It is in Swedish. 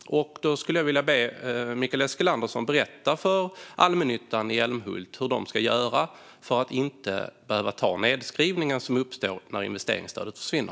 Kan Mikael Eskilandersson berätta för allmännyttan i Älmhult hur de ska göra för att inte ta nedskrivningen som uppstår när investeringsstödet försvinner?